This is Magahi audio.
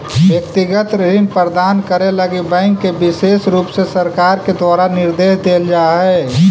व्यक्तिगत ऋण प्रदान करे लगी बैंक के विशेष रुप से सरकार के द्वारा निर्देश देल जा हई